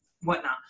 whatnot